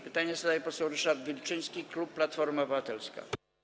Pytanie zadaje poseł Ryszard Wilczyński, klub Platforma Obywatelska.